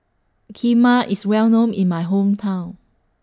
Kheema IS Well known in My Hometown